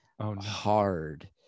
hard